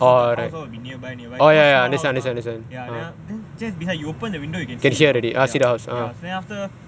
so the house all will be nearby nearby because small house mah ya then just behind you open the window you can see the house there then after